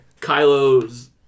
Kylo's